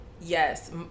Yes